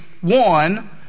one